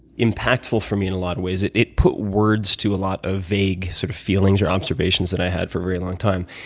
impactful for me in a lot of ways. it it put words to a lot of vague sort of feelings or observations that i had for a very long time.